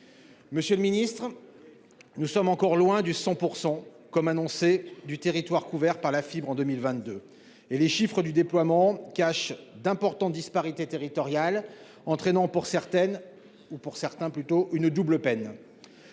Monsieur le Ministre. Nous sommes encore loin du 100 pour % comme annoncé du territoire couvert par la fibre en 2022 et les chiffres du déploiement cache d'importantes disparités territoriales entraînant pour certaines ou pour certains plutôt une double peine.